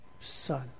son